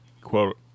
quote